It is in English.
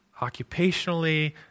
occupationally